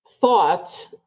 thought